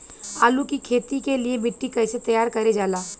आलू की खेती के लिए मिट्टी कैसे तैयार करें जाला?